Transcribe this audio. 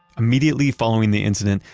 immediately following the incident,